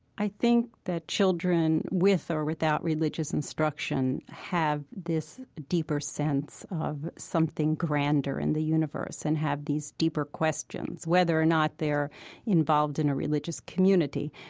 i think that children, with or without religious instruction, have this deeper sense of something grander in the universe and have these deeper questions, whether or not they're involved in a religious community.